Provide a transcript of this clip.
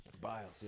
Biles